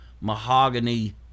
mahogany